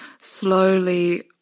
slowly